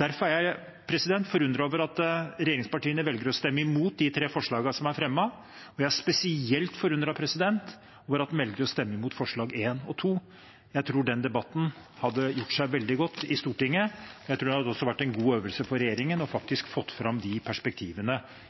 Derfor er jeg forundret over at regjeringspartiene velger å stemme mot de tre forslagene som er fremmet, og jeg er spesielt forundret over at en velger å stemme mot forslagene nr. 1 og 2. Jeg tror den debatten hadde gjort seg veldig godt i Stortinget, og jeg tror også det hadde vært en god øvelse for regjeringen å få fram de perspektivene